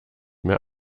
mehr